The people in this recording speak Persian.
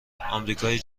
امریکای